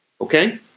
Okay